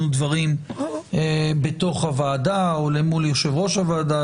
ודברים בתוך הוועדה או למול יושב ראש הוועדה,